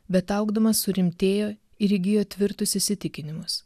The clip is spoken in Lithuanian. bet augdamas surimtėjo ir įgijo tvirtus įsitikinimus